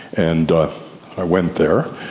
and i went there,